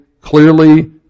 clearly